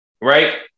right